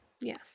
Yes